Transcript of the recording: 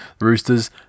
Roosters